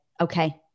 okay